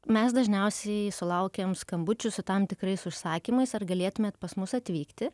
mes dažniausiai sulaukiam skambučių su tam tikrais užsakymais ar galėtumėt pas mus atvykti